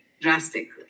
Drastically